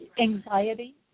anxiety